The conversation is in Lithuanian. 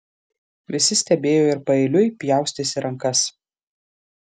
visi stebėjo ir paeiliui pjaustėsi rankas